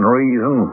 reason